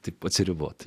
tik atsiriboti